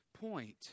point